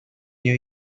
new